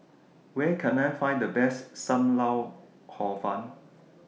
Where Can I Find The Best SAM Lau Hor Fun